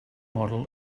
model